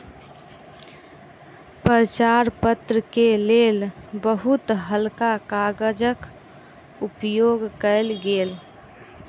प्रचार पत्र के लेल बहुत हल्का कागजक उपयोग कयल गेल